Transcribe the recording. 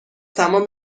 تمام